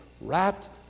wrapped